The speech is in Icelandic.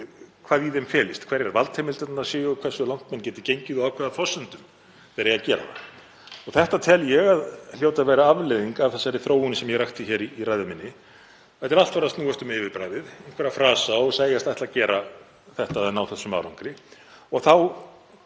hvað í þeim felist, hverjar valdheimildirnar séu og hversu langt menn geti gengið og á hvaða forsendum þeir eigi að gera það. Þetta tel ég að hljóti að vera afleiðing af þeirri þróun sem ég rakti í ræðu minni. Þetta er allt farið að snúast um yfirbragðið, einhverja frasa og segjast ætla að gera þetta eða ná þessum árangri